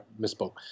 misspoke